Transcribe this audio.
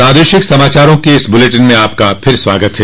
प्रादेशिक समाचारों के इस बुलेटिन में आपका फिर से स्वागत है